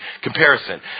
comparison